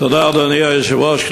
אדוני היושב-ראש,